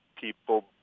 people